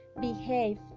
behave